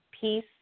peace